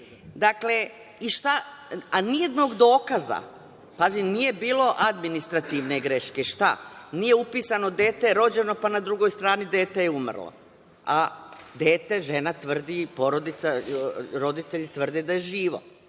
Boke, a nijednog dokaza. Pazite, nije bilo administrativne greške. Nije bilo upisano dete je rođeno, pa na drugoj strani dete je umrlo, a žena tvrdi i roditelji tvrde da je živo.